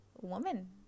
woman